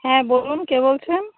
হ্যাঁ বলুন কে বলছেন